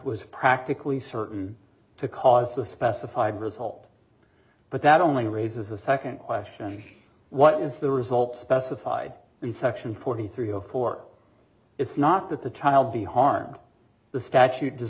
was practically certain to cause the specified result but that only raises a second question what is the result specified in section forty three a court it's not that the child be harmed the statute does